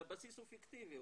שהבסיס הוא פיקטיבי,